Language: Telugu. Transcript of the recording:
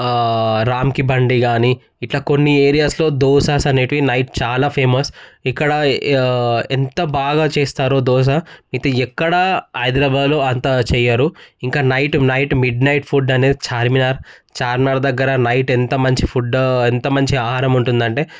రామ్కి బండి గానీ ఇట్ల కొన్ని ఏరియాస్లో దోసాస్ అనేటివి నైట్ చాలా ఫేమస్ ఇక్కడ ఎంత బాగా చేస్తారో దోశ ఇంకా ఇక్కడ హైదరాబాద్ లో అంత చెయ్యరు ఇంకా night night midnight food అనేది చార్మినార్ చార్మినార్ దగ్గర నైట్ ఎంత మంచి ఫుడ్ ఎంత మంచి ఆహారం ఉంటుందంటే